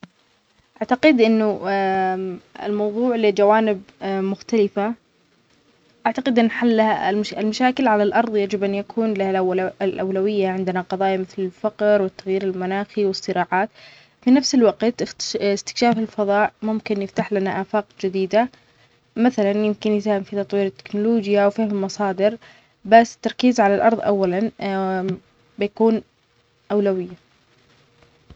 أعتقد أنو المضوع له جوانب مختلفة، أعتقد أن حل المشاكل على الأرض يجب أن يكون له الأ-الأولوية، عندنا قضايا مثل الفقر، التغير المناخي والصراعات، في نفس الوقت اختش-إستكشفاف الفضاء ممكن يفتح لنا آفاق جديدة، مثلاً ممكن يساهم في تطوير التكنولوجيا وفهم المصادر، بس التركيز على الأرض أولا بيكون أولوية.